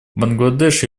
бангладеш